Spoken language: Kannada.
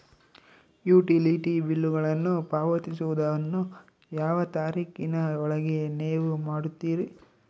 ಯುಟಿಲಿಟಿ ಬಿಲ್ಲುಗಳನ್ನು ಪಾವತಿಸುವದನ್ನು ಯಾವ ತಾರೇಖಿನ ಒಳಗೆ ನೇವು ಮಾಡುತ್ತೇರಾ?